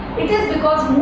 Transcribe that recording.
it is because